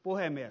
puhemies